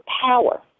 power